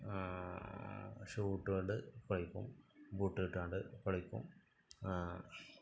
shoe ഇട്ടോണ്ട് കളിക്കും ബൂട്ടിട്ടോണ്ട് കളിക്കും